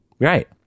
Right